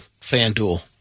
FanDuel